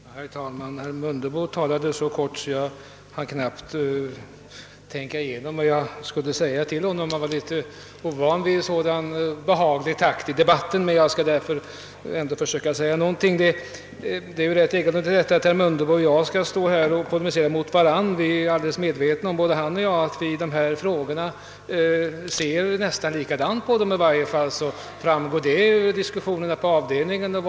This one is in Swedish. Herr talman! Herr Mundebo yttrade sig så kortfattat, att jag knappast hann tänka igenom vad jag skulle svara honom — man är ju ovan vid en sådan behaglig takt i debatten — men jag skall ändå säga några ord. Det är egendomligt att herr Mundebo och jag skall stå här och polemisera mot varandra. Både han och jag är medvetna om att vi ser nästan likadant på dessa frågor — i varje fall framgick det av diskussionerna i avdelningen.